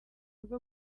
rwo